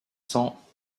cents